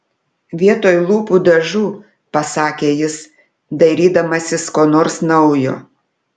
vietoj lūpų dažų pasakė jis dairydamasis ko nors naujo